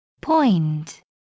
Point